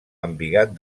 embigat